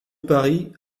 paris